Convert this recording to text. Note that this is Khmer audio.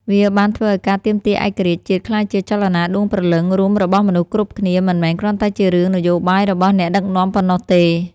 វាបានធ្វើឱ្យការទាមទារឯករាជ្យជាតិក្លាយជាចលនាដួងព្រលឹងរួមរបស់មនុស្សគ្រប់គ្នា មិនមែនគ្រាន់តែជារឿងនយោបាយរបស់អ្នកដឹកនាំប៉ុណ្ណោះទេ។